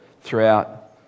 throughout